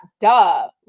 duh